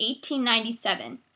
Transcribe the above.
1897